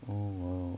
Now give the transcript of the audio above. oh !wow!